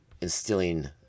instilling